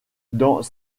dans